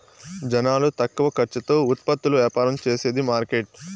జనాలు తక్కువ ఖర్చుతో ఉత్పత్తులు యాపారం చేసేది మార్కెట్